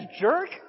jerk